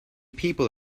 people